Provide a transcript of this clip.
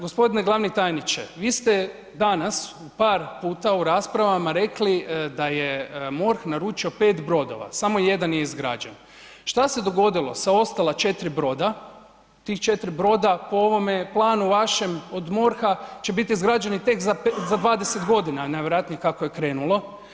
Gospodine glavni tajniče vi ste danas u par puta u raspravama rekli da je MORH naručio 5 brodova, samo 1 je izgrađen, šta se dogodilo sa ostala 4 broda, tih 4 broda po ovome planu vašem od MORH-a će biti izgrađeni tek za 20 godina najvjerojatnije kako je krenulo.